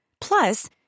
Plus